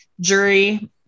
jury